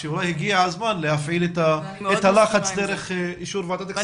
שאולי הגיע הזמן להפעיל את הלחץ דרך ועדת הכספים.